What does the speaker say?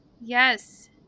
Yes